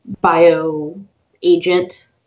bio-agent